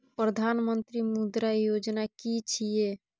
प्रधानमंत्री मुद्रा योजना कि छिए?